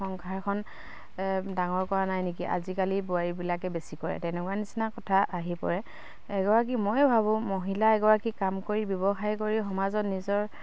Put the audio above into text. সংসাৰখন ডাঙৰ কৰা নাই নেকি আজিকালি বোৱাৰীবিলাকে বেছি কৰে তেনেকুৱা নিচিনা কথা আহি পৰে এগৰাকী ময়ো ভাবোঁ মহিলা এগৰাকী কাম কৰি ব্যৱসায় কৰি সমাজত নিজৰ